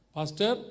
Pastor